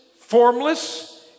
formless